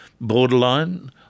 borderline